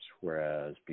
whereas